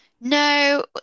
No